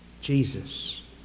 Jesus